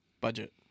Budget